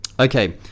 Okay